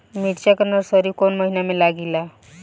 मिरचा का नर्सरी कौने महीना में लागिला?